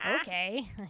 Okay